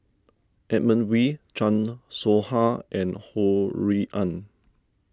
Edmund Wee Chan Soh Ha and Ho Rui An